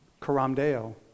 karamdeo